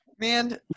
Man